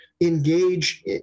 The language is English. engage